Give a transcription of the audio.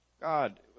God